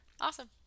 Awesome